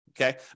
Okay